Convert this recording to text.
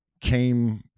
came